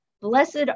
Blessed